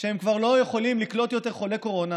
שהם כבר לא יכולים לקלוט יותר חולי קורונה,